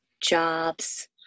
jobs